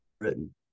written